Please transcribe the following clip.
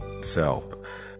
self